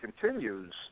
continues